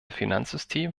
finanzsystem